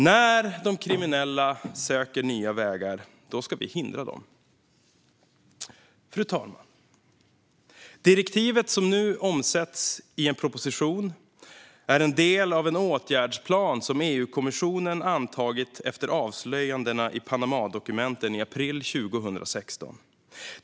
När de kriminella söker nya vägar, då ska vi hindra dem. Fru talman! Direktivet som nu omsätts i en proposition är en del av en åtgärdsplan som EU-kommissionen antagit efter avslöjandena i Panamadokumenten i april 2016.